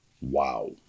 Wow